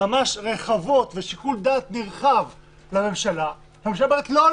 רחבות ושיקול דעת נרחב לממשלה והממשלה אומרת: לא,